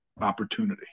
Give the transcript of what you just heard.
opportunity